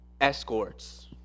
Escorts